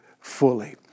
fully